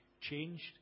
changed